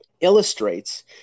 illustrates